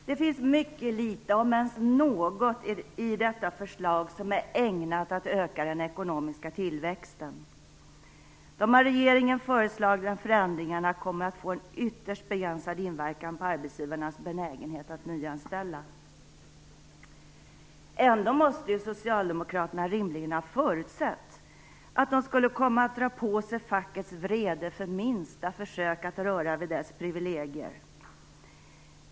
Det finns mycket litet, om ens något, i detta förslag som är ägnat att öka den ekonomiska tillväxten. De av regeringen förslagna förändringarna kommer att få en ytterst begränsad inverkan på arbetsgivarnas benägenhet att nyanställa. Ändå måste ju socialdemokraterna rimligen ha förutsett att de skulle komma att dra på sig fackets vrede för minsta försök att röra vid dess privilegier.